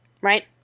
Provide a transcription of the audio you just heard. right